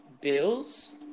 Bills